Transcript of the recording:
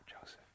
Joseph